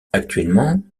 actuellement